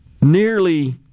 nearly